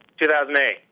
2008